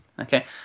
Okay